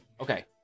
Okay